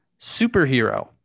superhero